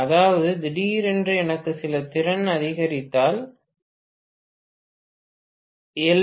அதாவது திடீரென்று எனக்கு சில திறன் அதிகரித்தால் எல்